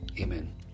amen